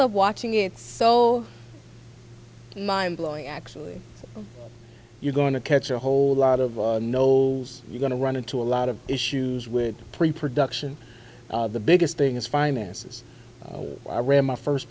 love watching it's so mind blowing actually you're going to catch a whole lot of knowles you're going to run into a lot of issues with preproduction the biggest thing is finances i ran my first